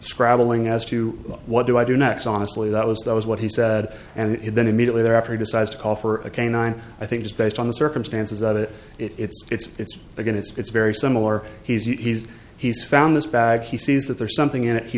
scrabbling as to what do i do next honestly that was that was what he said and then immediately thereafter he decides to call for a canine i think just based on the circumstances of it it's it's it's again it's very similar he's he's he's found this bag he sees that there's something in it he